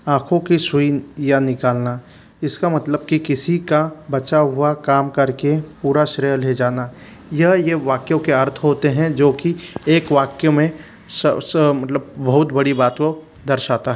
आँखों के सुई या निकालना इसका मतलब कि किसी का बचा हुआ काम करके पूरा श्रेय ले जाना यह ये वाक्यों के अर्थ होते हैं जोकि एक वाक्य में मतलब बहुत बड़ी बात को दर्शाता